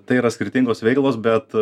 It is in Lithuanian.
tai yra skirtingos veiklos bet